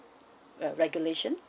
uh regulation